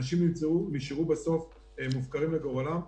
אנשים נשארו בסוף מופקרים לגורלם,